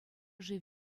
шыв